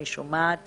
אני שומעת